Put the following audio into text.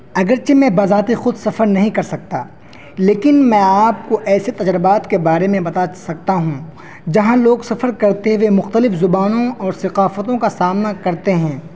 اگرچہ میں بذات خود سفر نہیں کر سکتا لیکن میں آپ کو ایسے تجربات کے بارے میں بتا سکتا ہوں جہاں لوگ سفر کرتے ہوئے مختلف زبانوں اور ثقافتوں کا سامنا کرتے ہیں